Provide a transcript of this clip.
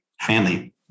family